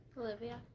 Olivia